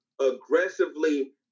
aggressively